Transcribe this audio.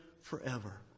forever